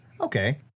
okay